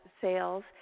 sales